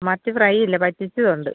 മത്തി ഫ്രൈ ഇല്ല പറ്റിച്ചതുണ്ട്